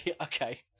Okay